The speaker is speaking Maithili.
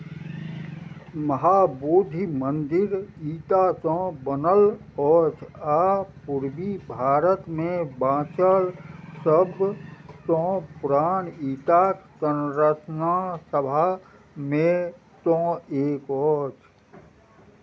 महाबोधि मन्दिर ईंटासँ बनल अछि आ पूर्वी भारतमे बाँचल सभसँ पुरान ईंटाक संरचना सभमे सँ एक अछि